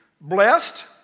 Blessed